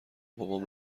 بابام